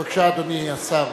בבקשה, אדוני השר.